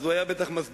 אז הוא היה בטח מסביר,